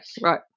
right